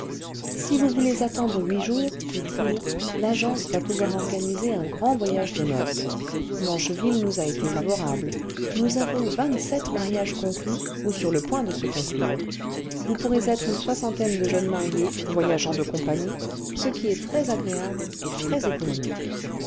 si vous voulez attendre huit jours dit-il l'agence va pouvoir organiser un grand voyage de noces mancheville nous a été favorable nous avons vingt-sept mariages conclus ou sur le point de se conclure vous pourrez être une soixantaine de jeunes mariés voyageant de compagnie ce qui est très agréable et très économique